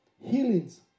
healings